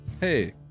hey